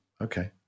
Okay